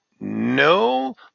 no